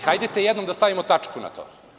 Hajde jednom da stavimo tačku na to.